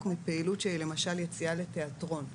בפעילות של למשל יציאה לתיאטרון מתלמידים,